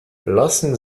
lassen